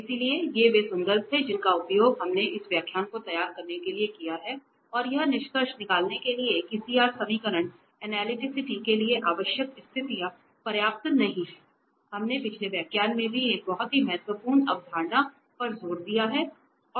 इसलिए ये वे संदर्भ हैं जिनका उपयोग हमने इस व्याख्यान को तैयार करने के लिए किया है और यह निष्कर्ष निकालने के लिए कि CR समीकरण अनलिटीसीटी के लिए आवश्यक स्थितियां पर्याप्त नहीं हैं हमने पिछले व्याख्यान में भी एक बहुत ही महत्वपूर्ण अवधारणा पर जोर दिया है